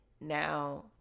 now